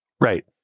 Right